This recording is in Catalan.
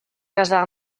casar